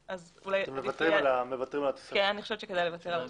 אני חושבת שכדאי לוותר על זה.